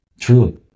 truly